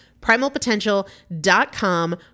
Primalpotential.com